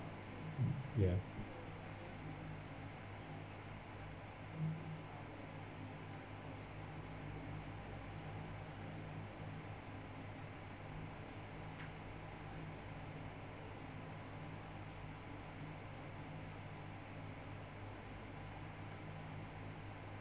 ya